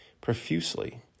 profusely